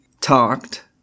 talked